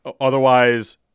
Otherwise